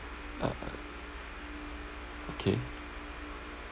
ah ah okay